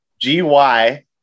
G-Y